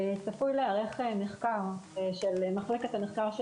צפוי להיערך מחקר של מחלקת המחקר של